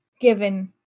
given